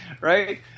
right